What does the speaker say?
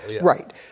Right